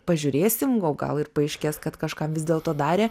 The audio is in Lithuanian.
pažiūrėsim gal ir paaiškės kad kažkam vis dėlto darė